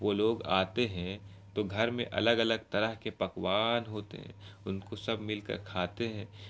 وہ لوگ آتے ہیں تو گھر میں الگ الگ طرح کے پکوان ہوتے ہیں ان کو سب مل کر کھاتے ہیں